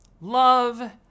love